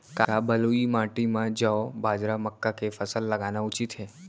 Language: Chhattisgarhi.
का बलुई माटी म जौ, बाजरा, मक्का के फसल लगाना उचित हे?